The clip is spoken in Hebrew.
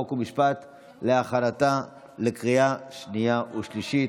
חוק ומשפט להכנתה לקריאה שנייה ושלישית.